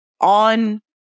on